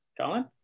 Colin